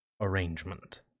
arrangement